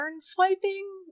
swiping